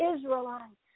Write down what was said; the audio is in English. Israelites